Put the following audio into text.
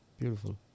beautiful